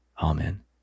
Amen